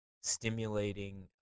stimulating